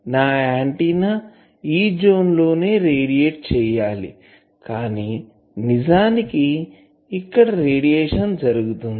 నా ఆంటిన్నా ఈ జోన్ లోనే రేడియేట్ చేయాలి కానీ నిజానికి ఇక్కడ రేడియేషన్ జరుగుతుంది